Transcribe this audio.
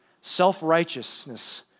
Self-righteousness